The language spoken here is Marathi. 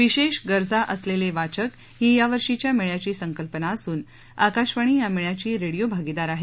विशेष गरजा असलेले वाचक ही यावर्षीच्या मेळ्याची संकल्पना असून आकाशवाणी या मेळ्याची रेडिओ भागीदार आहे